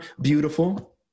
beautiful